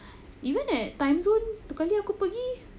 even at Timezone tu kali aku pergi